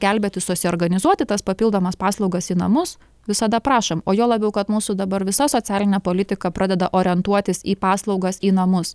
gelbėti susiorganizuoti tas papildomas paslaugas į namus visada prašom o juo labiau kad mūsų dabar visa socialinė politika pradeda orientuotis į paslaugas į namus